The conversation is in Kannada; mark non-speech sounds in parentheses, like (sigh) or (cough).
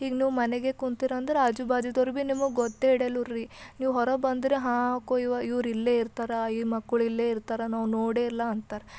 ಹೀಗೆ ನೀವು ಮನೆಗೆ ಕುಂತಿರಂದ್ರೆ ಆಜು ಬಾಜುದವ್ರು ಭೀ ನಿಮಗೆ ಗುರುತೆ ಹಿಡಿಯಲ್ರಿ ನೀವು ಹೊರ ಬಂದ್ರೆ ಹಾಂ (unintelligible) ಇವ್ರು ಇಲ್ಲೇ ಇರ್ತಾರ ಇವ್ರು ಮಕ್ಕಳು ಇಲ್ಲೇ ಇರ್ತಾರ ನಾವು ನೋಡೇ ಇಲ್ಲ ಅಂತಾರೆ